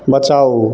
बचाउ